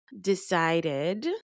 decided